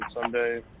Sunday